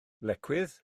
lecwydd